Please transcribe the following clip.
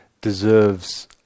deserves